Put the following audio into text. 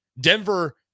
Denver